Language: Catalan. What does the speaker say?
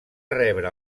rebre